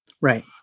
Right